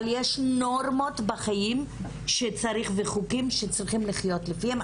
אבל יש נורמות בחיים וחוקים שצריך לחיות לפיהם,